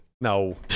No